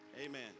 Amen